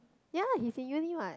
ya he's in uni what